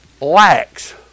lacks